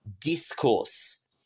discourse